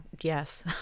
Yes